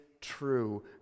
true